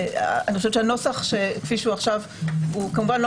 אני חושבת שהנוסח כפי שהוא עכשיו הוא כמובן לא